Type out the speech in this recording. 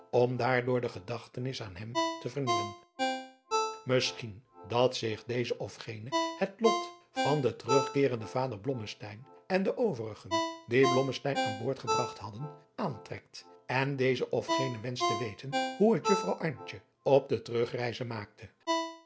om daardoor de gedachtenis aan hem te vernieuwen misschien dat zich deze of gene het lot van den terugkeerenden vader blommesteyn en de overigen die blommesteyn aan boord gebragt hadden aantrekt en deze of gene wenscht te weten hoe het juffrouw antje op de terugreize maakte